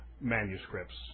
manuscripts